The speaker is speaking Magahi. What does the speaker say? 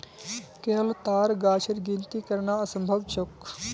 केरलोत ताड़ गाछेर गिनिती करना असम्भव छोक